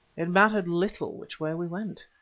it mattered little which way we went.